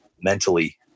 mentally